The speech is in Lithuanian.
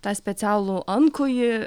tą specialų antkojį